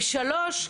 שלישית,